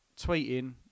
tweeting